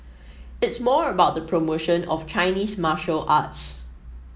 it's more about the promotion of Chinese martial arts